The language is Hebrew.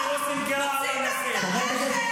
היא לא סנגרה על אנסים אף פעם.